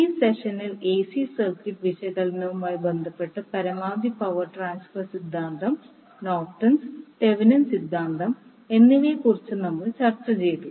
ഈ സെഷനിൽ AC circuit വിശകലനവുമായി ബന്ധപ്പെട്ട് പരമാവധി പവർ ട്രാൻസ്ഫർ സിദ്ധാന്തം നോർട്ടൺസ് തെവെനിൻ സിദ്ധാന്തം എന്നിവയെക്കുറിച്ച് നമ്മൾ ചർച്ച ചെയ്തു